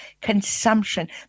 consumption